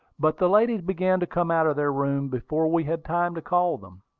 but the ladies began to come out of their room before we had time to call them.